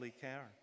care